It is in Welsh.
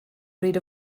bryd